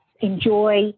enjoy